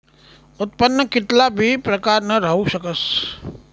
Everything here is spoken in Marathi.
उत्पन्न कित्ला बी प्रकारनं राहू शकस